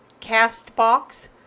CastBox